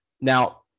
Now